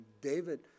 David